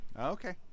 Okay